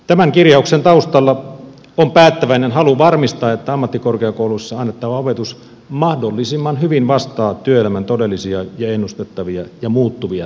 tämän kirjauksen taustalla on päättäväinen halu varmistaa että ammattikorkeakouluissa annettava opetus mahdollisimman hyvin vastaa työelämän todellisia ja ennustettavia ja muuttuvia tarpeita